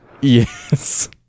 Yes